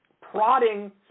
prodding